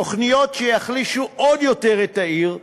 תוכניות שיחלישו עוד יותר את העיר,